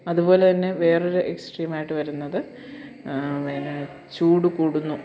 അതുപോലെ തന്നെ വേറൊരു എക്സ്ട്രീമായിട്ടു വരുന്നത് വേറെ ചൂടു കൂടുന്നു